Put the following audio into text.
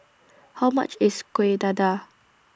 How much IS Kuih Dadar